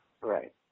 Right